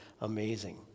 amazing